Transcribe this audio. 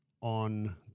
on